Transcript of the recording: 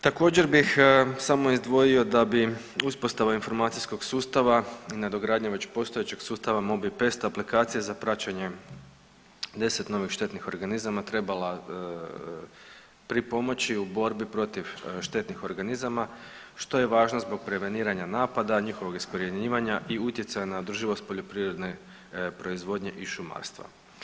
Također bih samo izdvojio da bi uspostava informacijskog sustava nadogradnja već postojećeg sustava MOBI Pest aplikacije za praćenje 10 novih štetnih organizama trebala pripomoći u borbi protiv štetnih organizama što je važno zbog preveniranja napada, njihovog iskorjenjivanja i utjecaja na održivost poljoprivredne proizvodnje i šumarstva.